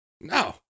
No